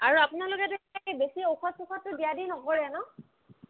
আৰু আপোনালোকেটো চাগৈ বেছি ঔষধ চৌষধটো দিয়া দিয়ি নকৰে ন